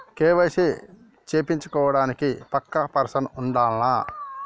KYC చేపిచ్చుకోవడానికి పక్కా person ఉండాల్నా?